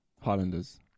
Highlanders